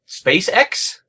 SpaceX